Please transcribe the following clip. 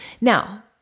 Now